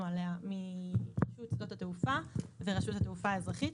עליה מרשות שדות התעופה ורשות התעופה האזרחית,